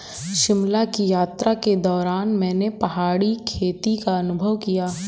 शिमला की यात्रा के दौरान मैंने पहाड़ी खेती का अनुभव किया